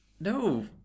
No